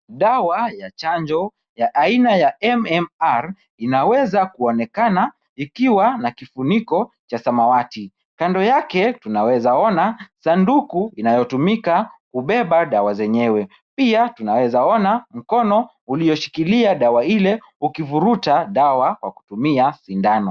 Dawa ya chanjo ya aina ya MMR inaweza kuonekana, ikiwa na kifuniko cha samawati. Kando yake tunaweza ona sanduku inayotumika kubeba dawa zenyewe. Pia tunaweza ona mkono ulioshikilia dawa ile ukivuruta dawa kwa kutumia sindano.